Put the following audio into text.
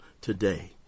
today